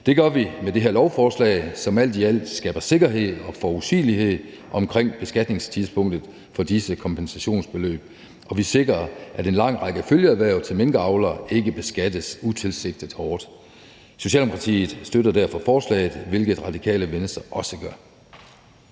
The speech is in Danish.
Det gør vi med det her lovforslag, som alt i alt skaber sikkerhed og forudsigelighed omkring beskatningstidspunktet for disse kompensationsbeløb, og vi sikrer, at en lang række følgeerhverv til minkavlere ikke beskattes utilsigtet hårdt. Socialdemokratiet støtter derfor forslaget, hvilket Radikale Venstre også gør.